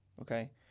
okay